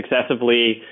successively